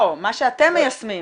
לא, מה שאתם מיישמים.